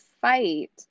fight